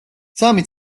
სამი